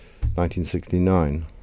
1969